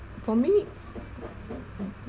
for me